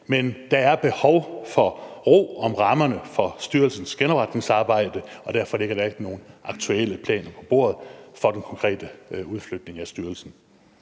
Men der er behov for ro om rammerne for styrelsens genopretningsarbejde, og derfor ligger der ikke nogen aktuelle planer på bordet for den konkrete udflytning af styrelsen.